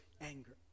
anger